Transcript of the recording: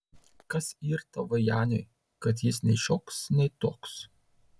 kas yr tavo janiui kad jis nei šioks nei toks